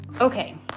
Okay